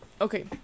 Okay